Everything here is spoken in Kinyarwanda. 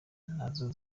nazo